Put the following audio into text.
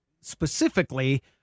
specifically